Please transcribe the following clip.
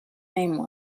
name